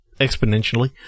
exponentially